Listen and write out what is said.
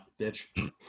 bitch